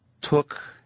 took